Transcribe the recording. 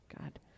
God